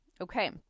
Okay